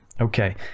Okay